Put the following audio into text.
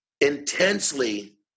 intensely